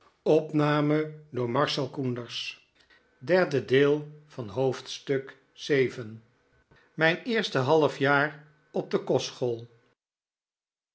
mijn eerste halfjaar op de kostschool